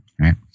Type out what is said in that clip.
Right